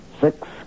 Six